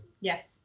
Yes